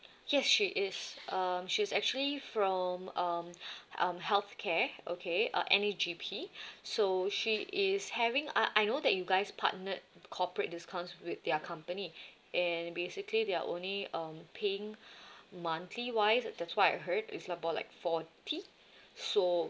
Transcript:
yes she is uh she's actually from um um healthcare okay uh any G_P so she is having uh I know that you guys partnered corporate discounts with their company and basically they are only um paying monthly wise that's why I heard it's about like forty so